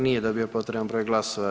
Nije dobio potreban broj glasova.